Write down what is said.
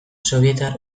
sobietar